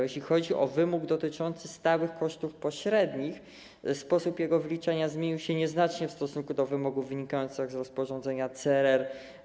Jeśli chodzi o wymóg dotyczący stałych kosztów pośrednich, sposób jego wyliczenia zmienił się nieznacznie w stosunku do wymogów wynikających z rozporządzenia CRR.